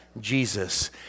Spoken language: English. Jesus